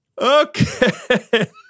Okay